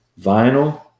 Vinyl